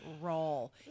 role